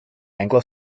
anglo